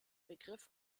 begriff